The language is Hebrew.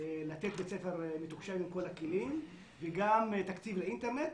לתת בית ספר מתוקשב עם כל הכלים וגם תקציב לאינטרנט,